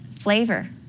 flavor